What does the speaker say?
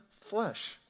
flesh